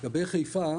לגבי חיפה